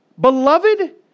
Beloved